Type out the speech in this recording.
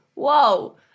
whoa